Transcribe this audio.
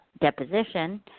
deposition